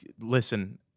listen